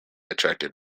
attracted